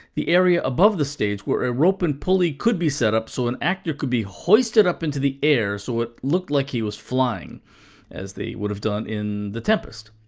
the area above the stage where a rope and pulley could be set up so an actor could be hoisted up into the air so it looked like he was flying as they would have done in the tempest.